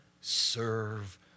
serve